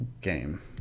game